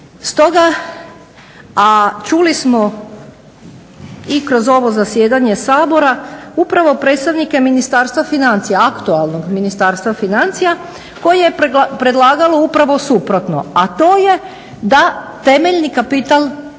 Stoga, a čuli smo i kroz ovo zasjedanje Sabora upravo predstavnike Ministarstva financija, aktualnog Ministarstva financija koje je predlagalo upravo suprotno, a to je da temeljni kapital